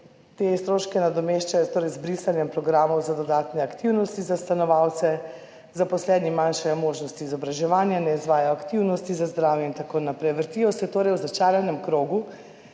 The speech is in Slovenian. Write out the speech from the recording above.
te stroške nadomeščajo z brisanjem programov za dodatne aktivnosti za stanovalce, zaposleni manjšajo možnosti izobraževanja, ne izvajajo aktivnosti za zdravje in tako naprej. Vrtijo se torej v začaranem krogu,